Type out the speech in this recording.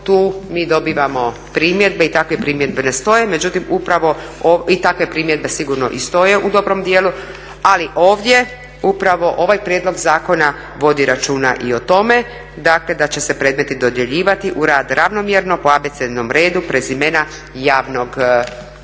Tu mi dobivamo primjedbe i takve primjedbe sigurno i stoje u dobrom dijelu, ali ovdje upravo ovaj prijedlog zakona vodi računa i o tome dakle da će se predmeti dodjeljivati u rad ravnomjerno po abecednom redu prezimena javnog bilježnika.